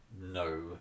no